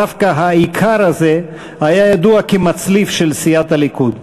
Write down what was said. דווקא האיכר הזה היה ידוע כמצליף של סיעת הליכוד,